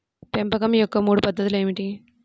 పెంపకం యొక్క మూడు పద్ధతులు ఏమిటీ?